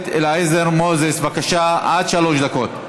הכנסת אליעזר מוזס, בבקשה, עד שלוש דקות.